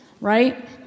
Right